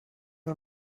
nur